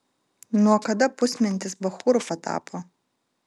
nuo kada pusmentis bachūru patapo